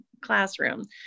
classroom